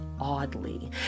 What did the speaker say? oddly